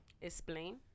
Explain